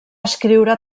escriure